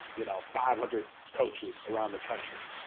you know, five hundred coaches around the country,